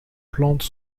plante